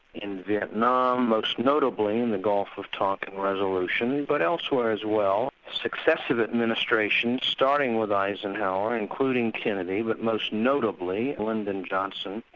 in vietnam, most notably in the gulf of tonkin resolution, but elsewhere as well, successive administrations starting with eisenhower, including kennedy, but most notably lyndon johnson,